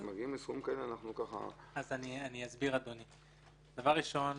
כשמגיעים לסכומים האלה אנחנו --- דבר ראשון,